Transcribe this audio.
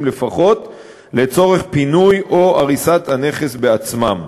לפחות לצורך פינוי או הריסת הנכס בעצמם.